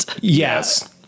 Yes